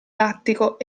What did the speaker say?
lattico